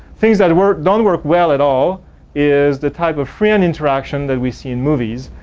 things that work don't work well at all is the type of freehand interaction that we see in movies.